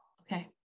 Okay